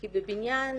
כי בבניין